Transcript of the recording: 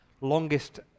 longest